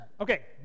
Okay